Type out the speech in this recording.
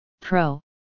Pro